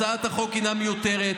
הצעת החוק הינה מיותרת,